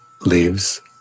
leaves